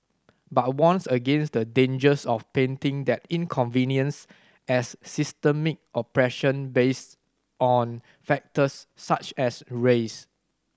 but warns against the dangers of painting that inconvenience as systemic oppression based on factors such as race